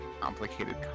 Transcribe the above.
complicated